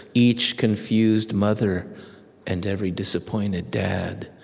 each confused mother and every disappointed dad.